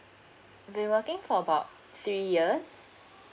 been working about three years